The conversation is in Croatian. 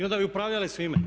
I onda bi upravljali svime.